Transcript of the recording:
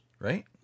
right